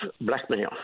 blackmail